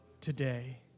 today